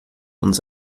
uns